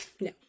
no